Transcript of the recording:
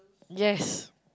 yes